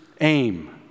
aim